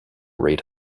rate